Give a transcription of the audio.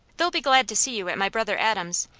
they'll be glad to see you at my brother adam's,